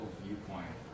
viewpoint